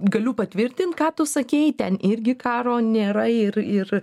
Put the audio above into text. galiu patvirtint ką tu sakei ten irgi karo nėra ir ir